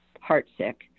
heartsick